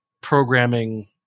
programming